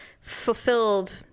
fulfilled